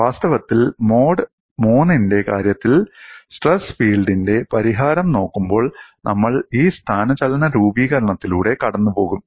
വാസ്തവത്തിൽ mode III ന്റെ കാര്യത്തിൽ സ്ട്രെസ് ഫീൽഡിന്റെ പരിഹാരം നോക്കുമ്പോൾ നമ്മൾ ഈ സ്ഥാനചലന രൂപീകരണത്തിലൂടെ കടന്നുപോകും